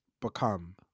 become